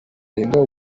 bahinga